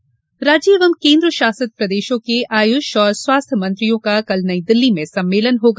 आयुष मंत्री सम्मेलन राज्य एवं केन्द्र शासित प्रदेशों के आयुष और स्वास्थ्य मंत्रियों का कल नई दिल्ली में सम्मेलन होगा